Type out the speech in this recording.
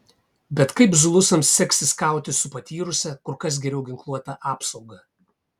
bet kaip zulusams seksis kautis su patyrusia kur kas geriau ginkluota apsauga